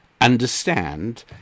understand